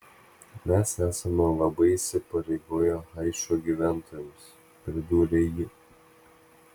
mes esame labai įsipareigoję haičio gyventojams pridūrė ji